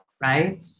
Right